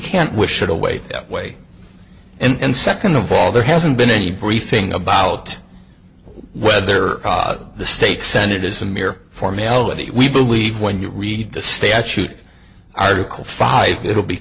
can't wish it away that way and second of all there hasn't been any briefing about whether the state senate is a mere formality we believe when you read the statute article five it will be